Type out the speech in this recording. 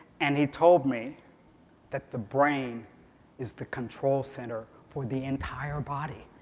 and he told me that the brain is the control center for the entire body.